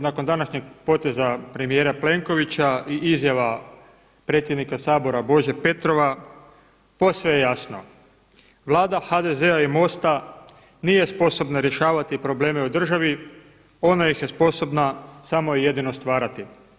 Nakon današnjeg poteza premijera Plenkovića i izjava predsjednika Sabora Bože Petrova, posve je jasno, Vlada HDZ-a i MOST-a nije sposobna rješavati probleme u državi, ona ih je sposobna samo i jedino stvarati.